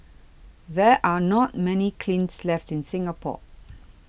there are not many kilns left in Singapore